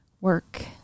work